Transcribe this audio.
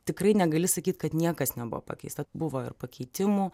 tikrai negali sakyt kad niekas nebuvo pakeista buvo ir pakeitimų